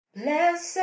Blessed